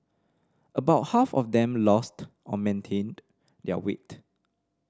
about half of them lost or maintained their weight